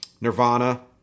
Nirvana